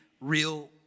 real